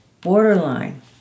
borderline